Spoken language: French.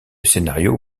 scénario